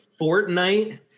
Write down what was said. fortnite